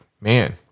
man